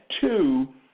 two